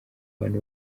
abantu